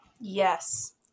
Yes